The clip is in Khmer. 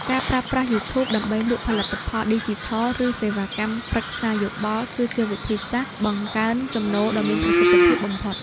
ការប្រើប្រាស់ យូធូប ដើម្បីលក់ផលិតផលឌីជីថល ឬសេវាកម្មប្រឹក្សាយោបល់ គឺជាវិធីសាស្ត្របង្កើនចំណូលដ៏មានប្រសិទ្ធភាពបំផុត។